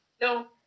No